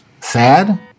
sad